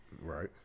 Right